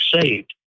saved